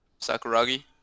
Sakuragi